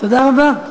תודה רבה.